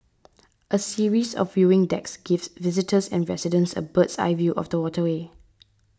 a series of viewing decks gives visitors and residents a bird's eye view of the waterway